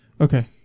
Okay